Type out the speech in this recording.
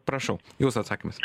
prašau jūsų atsakymas